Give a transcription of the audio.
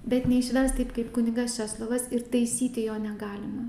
bet neišvers taip kaip kunigas česlovas ir taisyti jo negalima